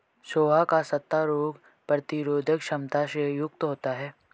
सोआ का पत्ता रोग प्रतिरोधक क्षमता से युक्त होता है